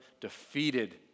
defeated